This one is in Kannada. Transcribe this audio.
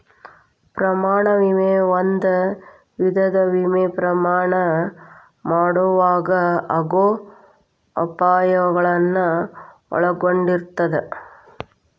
ಪ್ರಯಾಣ ವಿಮೆ ಒಂದ ವಿಧದ ವಿಮೆ ಪ್ರಯಾಣ ಮಾಡೊವಾಗ ಆಗೋ ಅಪಾಯಗಳನ್ನ ಒಳಗೊಂಡಿರ್ತದ